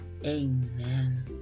Amen